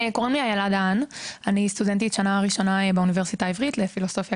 אני סטודנטית שנה ראשונה באוניברסיטה העברית לפילוסופיה,